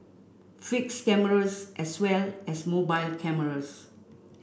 fixed cameras as well as mobile cameras